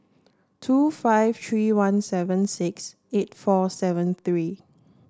two five three one seven six eight four seven three